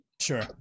sure